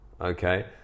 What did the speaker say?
Okay